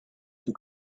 two